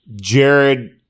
Jared